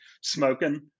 smoking